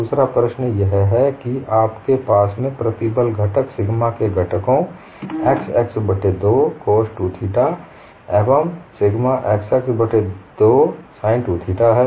दूसरा प्रश्न यह है कि आपके पास में प्रतिबल घटक सिग्मा के घटकों xx बट्टे 2 cos 2 थीटा एवं सिग्मा xx बट्टे 2 sin 2 थीटा हैं